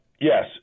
yes